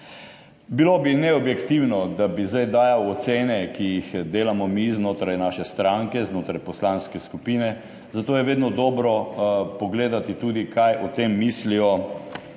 Bilo bi neobjektivno, da bi zdaj dajal ocene, ki jih delamo mi znotraj naše stranke, znotraj poslanske skupine, zato je vedno dobro pogledati tudi, kaj o tem mislijo,